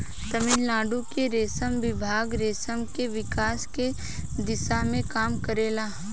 तमिलनाडु के रेशम विभाग रेशम के विकास के दिशा में काम करेला